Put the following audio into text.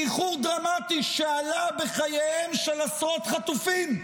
באיחור דרמטי שעלה בחייהם של עשרות חטופים.